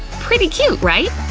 pretty cute, right?